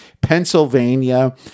pennsylvania